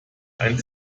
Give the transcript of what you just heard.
ein